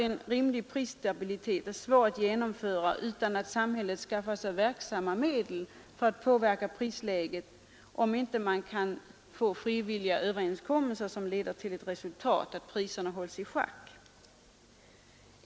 En rimlig prisstabilitet är svår att genomföra utan att samhället skaffar sig verksamma medel för att påverka prisläget, om frivilliga överenskommelser inte leder till ett sådant resultat att priserna hålls i schack.